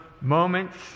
moments